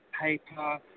paper